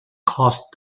caused